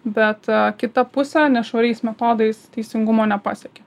bet kita pusė nešvariais metodais teisingumo nepasiekė